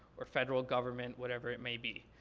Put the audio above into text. or federal government, whatever it may be.